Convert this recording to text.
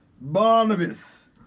Barnabas